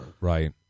right